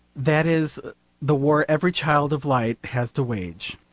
that is the war every child of light has to wage.